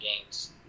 games